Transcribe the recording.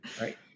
right